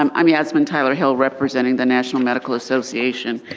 um i'm yasmin tyler-hill representing the national medical association.